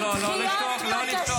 -- אז אולי תגני את חיזבאללה?